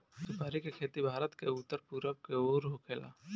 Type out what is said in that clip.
सुपारी के खेती भारत के उत्तर पूरब के ओर होखेला